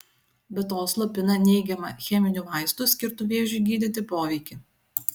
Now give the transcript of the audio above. be to slopina neigiamą cheminių vaistų skirtų vėžiui gydyti poveikį